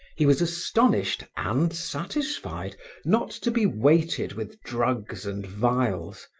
he was astonished and satisfied not to be weighted with drugs and vials,